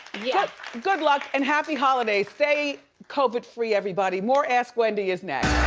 yeah good luck and happy holiday. stay covid free everybody, more ask wendy is next.